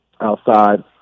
outside